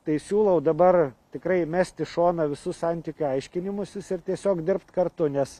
tai siūlau dabar tikrai mest į šoną visus santykių aiškinimusis ir tiesiog dirbt kartu nes